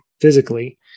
physically